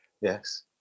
yes